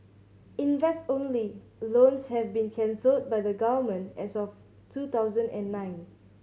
invest only loans have been cancelled by the Government as of two thousand and nine